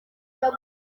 mwana